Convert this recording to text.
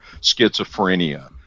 schizophrenia